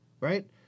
right